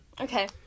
okay